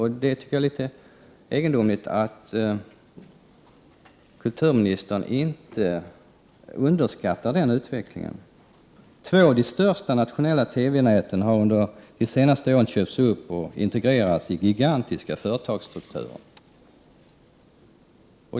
Jag tycker det är egendomligt att kulturministern underskattar den utvecklingen. Två av de största nationella TV-näten har under de senaste åren köpts upp och integrerats i gigantiska företagsstrukturer.